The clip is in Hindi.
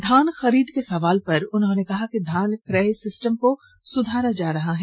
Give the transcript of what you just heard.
धान खरीद के सवाल पर उन्होंने कहा कि धान क्रय सिस्टम को सुधार जा रहा है